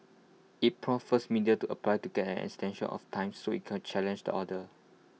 IT prompted first media to apply to get an extension of time so IT could challenge the order